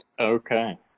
Okay